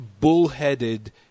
bullheaded